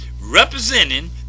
representing